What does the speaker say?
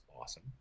awesome